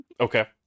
Okay